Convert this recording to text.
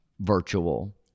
virtual